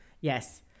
Yes